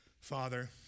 Father